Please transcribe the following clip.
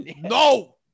no